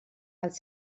els